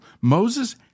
Moses